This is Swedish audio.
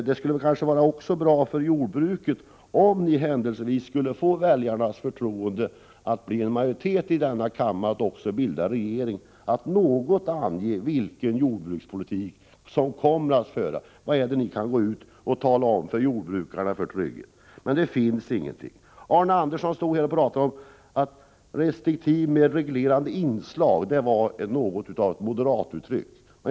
Det skulle vara bra för jordbruket om ni, för den händelse att ni eventuellt skulle få majoritet i kammaren och även fick uppdraget att bilda regering, något ville ange vilken jordbrukspolitik ni då skall föra. Vad är det för trygghet ni skall erbjuda jordbruket? Ni kan inte säga något om det. Arne Andersson sade att det kännetecknande för moderaternas politik var att den skulle vara ”restriktiv, med reglerande inslag”.